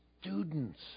students